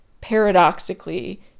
paradoxically